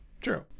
True